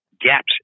gaps